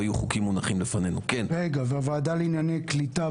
קיים מבחינת התקשורת,